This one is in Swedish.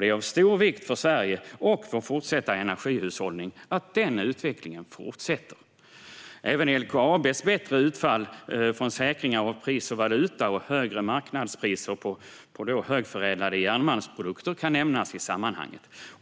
Det är av stor vikt för Sverige och vår fortsatta energihushållning att den utvecklingen fortsätter. Även LKAB:s bättre utfall från säkringar av pris och valuta och högre marknadspriser på högförädlade järnmalmsprodukter kan nämnas i sammanhanget.